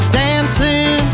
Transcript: dancing